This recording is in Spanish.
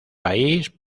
país